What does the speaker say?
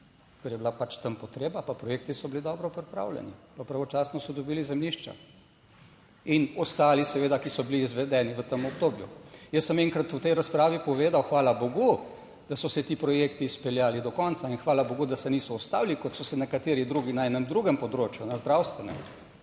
ker je bila pač tam potreba, pa projekti so bili dobro pripravljeni, pa pravočasno so dobili zemljišča. In ostali seveda, ki so bili izvedeni v tem obdobju. Jaz sem enkrat v tej razpravi povedal, hvala bogu, da so se ti projekti izpeljali do konca in hvala bogu, da se niso ustavili, kot so se nekateri drugi na enem drugem področju, na zdravstvenem,